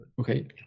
Okay